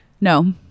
No